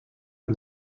del